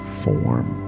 form